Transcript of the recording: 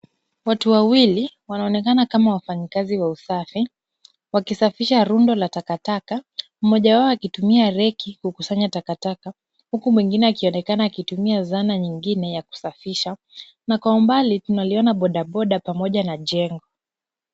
Watu wawili wanaonekana kama wafanyikazi wa usafi wakisafisha rundo la takataka, mmoja wao akitumia reki kukusanya takataka huku mwingine akionekana akitumia zana nyingine ya kusafisha na kwa mbali tunaliona bodaboda pamoja na jengo.